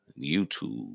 YouTube